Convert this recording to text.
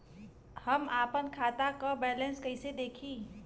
हम आपन खाता क बैलेंस कईसे देखी?